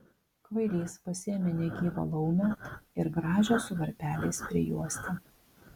kvailys pasiėmė negyvą laumę ir gražią su varpeliais prijuostę